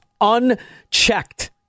unchecked